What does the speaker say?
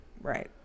right